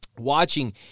watching